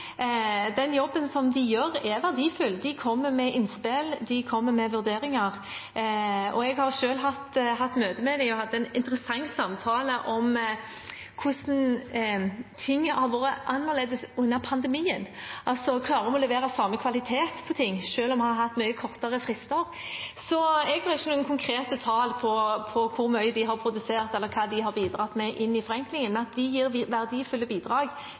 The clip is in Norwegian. Den jobben de gjør, er verdifull. De kommer med innspill. De kommer med vurderinger. Jeg har selv hatt møte med dem. Vi hadde en interessant samtale om hvordan ting har vært annerledes under pandemien, altså om en klarer å levere samme kvalitet på ting selv om en har hatt mye kortere frister. Jeg har ingen konkrete tall på hvor mye de har produsert, eller hva de har bidratt med til forenkling, men at de gir verdifulle bidrag